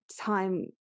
time